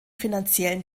finanziellen